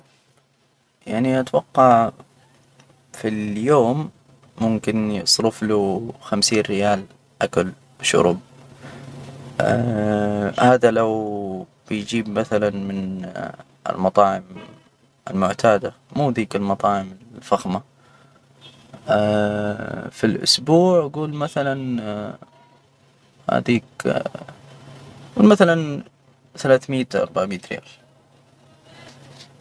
يعني أتوقع، في اليوم ممكن يصرف له خمسين ريال أكل، شرب، هذا لو بيجيب مثلا من المطاعم المعتادة مو ذيك المطاعم الفخمة. في الأسبوع جول مثلا، هذيك جول مثلا ثلاث مائة، أربعة مائة ريال.